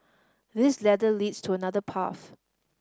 this ladder leads to another path